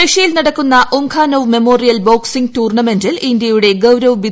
റഷ്യയിൽ നടക്കുന്ന Umakhanov memorial boxing ടൂർണമെന്റിൽ ഇന്ത്യയുടെ ഗൌരവ് ബിധൂരിക്ക് വെങ്കലം